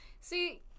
See